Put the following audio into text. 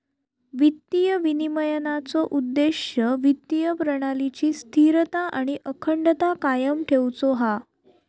वित्तीय विनिमयनाचो उद्देश्य वित्तीय प्रणालीची स्थिरता आणि अखंडता कायम ठेउचो हा